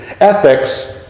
Ethics